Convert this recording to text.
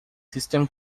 system